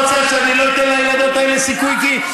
אז לא צריך שאני אתן לילדות האלה סיכוי כי,